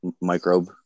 microbe